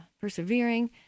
persevering